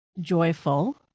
joyful